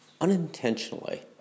unintentionally